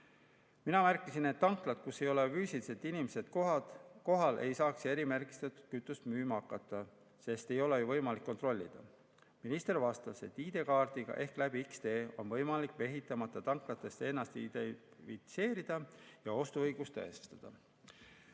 Mina märkisin, et tanklad, kus ei ole füüsiliselt inimesed kohal, ei saaks erimärgistatud kütust müüma hakata, sest ei ole ju võimalik kontrollida. Minister vastas, et ID-kaardiga ehk X-tee kaudu on võimalik mehitamata tanklates ennast identifitseerida ja ostuõigust tõestada.